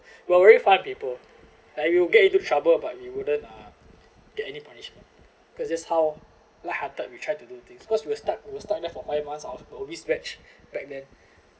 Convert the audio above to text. we're very fun people like we'll get into trouble but we wouldn't uh get any punishment cause just that's how lighthearted we try to do things cause we were stuck we were stuck there for five months our of which batch back then